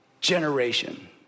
generation